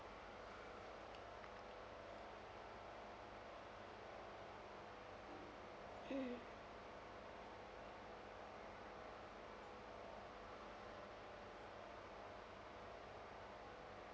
mmhmm